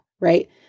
right